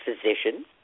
physician